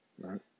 right